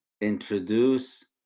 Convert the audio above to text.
introduce